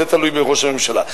זה תלוי בראש הממשלה.